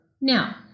Now